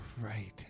right